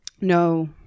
No